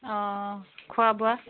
অঁ খোৱা বোৱা